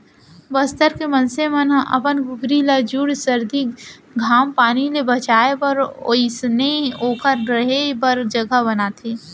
बस्तर के मनसे मन अपन कुकरी ल जूड़ सरदी, घाम पानी ले बचाए बर ओइसनहे ओकर रहें बर जघा बनाए रथें